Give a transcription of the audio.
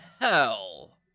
hell